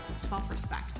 self-respect